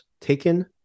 taken